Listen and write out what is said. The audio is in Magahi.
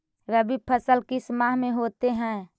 रवि फसल किस माह में होते हैं?